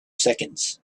seconds